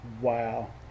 Wow